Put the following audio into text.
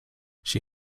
she